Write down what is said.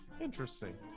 Interesting